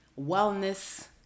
Wellness